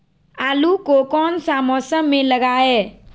आलू को कौन सा मौसम में लगाए?